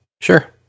Sure